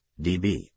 dB